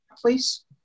Please